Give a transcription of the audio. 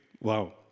Wow